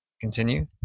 continue